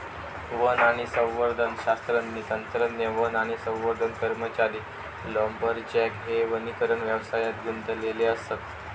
one आणि संवर्धन शास्त्रज्ञ, तंत्रज्ञ, वन आणि संवर्धन कर्मचारी, लांबरजॅक हे वनीकरण व्यवसायात गुंतलेले असत